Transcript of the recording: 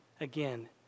Again